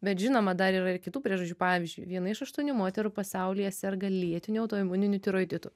bet žinoma dar yra ir kitų priežasčių pavyzdžiui viena iš aštuonių moterų pasaulyje serga lėtiniu autoimuniniu tiroiditu